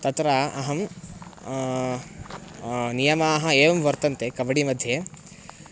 तत्र अहं नियमाः एवं वर्तन्ते कबडिमध्ये